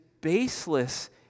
baseless